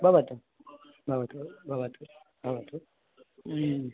भवतु भवतु भवतु भवतु